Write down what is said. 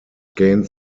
gained